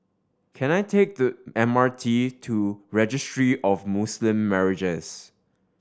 can I take the M R T to Registry of Muslim Marriages